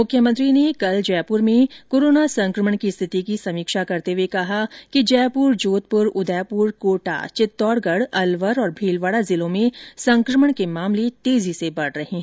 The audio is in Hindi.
मुख्यमंत्री ने कल जयपुर में कोरोना संकमण की स्थिति की समीक्षा करते हुए कहा कि जयपुर जोधपुर उदयपुर कोटा चित्तौड़गढ़ अलवर और भीलवाड़ा जिलों में संकमण के मामले तेजी से बढ़ रहे हैं